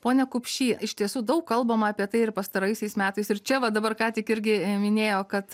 pone kupšy iš tiesų daug kalbama apie tai ir pastaraisiais metais ir čia va dabar ką tik irgi minėjo kad